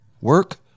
Work